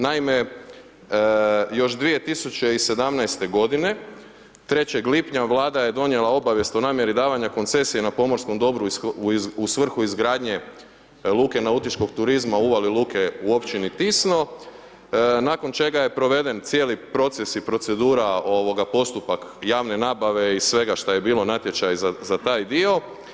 Naime, još 2017.g., 3. lipnja Vlada je donijela obavijest o namjeri davanja koncesije na pomorskom dobru u svrhu izgradnje Luke nautičkog turizma u uvali luke u općini Tisno, nakon čega je proveden cijeli proces i procedura, postupak javne nabave i svega šta je bilo, natječaj za taj dio.